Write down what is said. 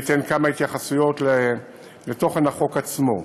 אתן כמה התייחסויות לתוכן החוק עצמו.